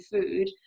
food